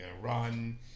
run